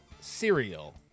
cereal